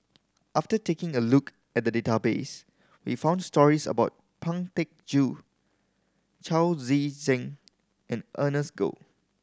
after taking a look at the database we found stories about Pang Teck Joon Chao Tzee Cheng and Ernest Goh